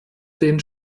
den